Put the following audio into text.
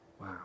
Wow